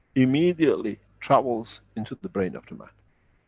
immediately travels into the brain of the man